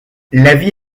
l’avis